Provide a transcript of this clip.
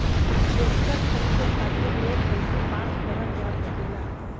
Tractor खरीदे खातीर loan कइसे पास करल जा सकेला?